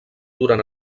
durant